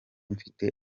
mfite